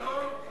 נכון.